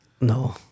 no